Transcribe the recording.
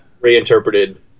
reinterpreted